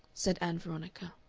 said ann veronica,